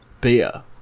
beer